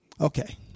Okay